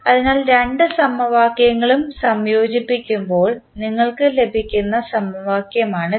അതിനാൽ രണ്ട് സമവാക്യങ്ങളും സംയോജിപ്പിക്കുമ്പോൾ നിങ്ങൾക്ക് ലഭിക്കുന്ന സമവാക്യമാണിത്